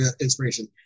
inspiration